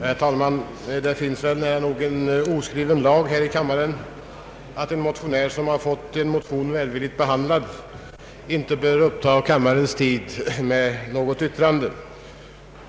Herr talman! Det finns nog en oskriven lag här i kammaren att en motionär som har fått en motion välvilligt behandlad inte behöver uppta kammarens tid med något yttrande.